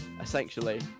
essentially